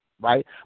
right